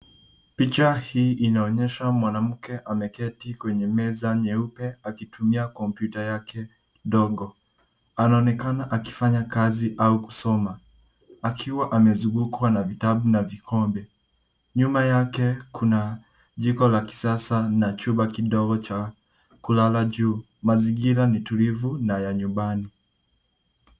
Picha hii inaonyesha mwanamke ameketi kwenye meza nyeupe akitumia komputa yake ndogo. Anaonekana akifanya kazi au kusoma akiwa amezungukwa na vitabu na vikombe. Nyuma yake kuna jiko la kisasa na chumba kidogo cha kulala juu. Mazingira ni tulivu na ya nyumbani.